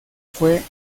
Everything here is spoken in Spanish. fue